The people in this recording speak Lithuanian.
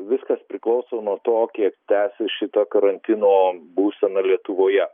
viskas priklauso nuo to kiek tęsis šita karantino būsena lietuvoje